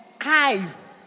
eyes